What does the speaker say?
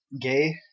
gay